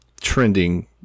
trending